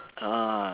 ah